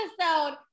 episode